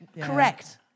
Correct